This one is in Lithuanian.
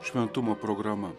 šventumo programa